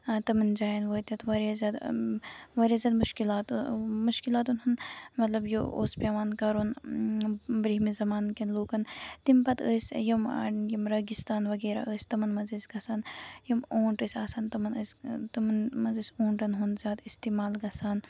تِمَن جاین وٲتِتھ واریاہ زیادٕ واریاہ زیادٕ مُشکِلات ٲسۍ مُشکِلاتن ہُند مطلب یہِ اوس پیوان کَرُن بروہمہِ زَمانہٕ کین لوٗکن تَمہِ پَتہٕ ٲسۍ یِم یِم رٲگِستان وغیرہ ٲسۍ تٕمَن منٛز أسۍ گژھان یِم اوٗنٹ ٲسۍ آسان تِمَن ٲسۍ تِمن منٛز ٲسۍ اوٗنٹن ہُند زیادٕ اِٮستعمال گژھان